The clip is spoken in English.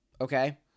Okay